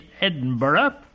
Edinburgh